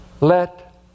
Let